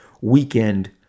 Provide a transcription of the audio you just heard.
weekend